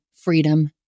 freedom